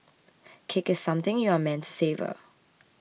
cake is something you are meant to savour